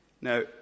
Now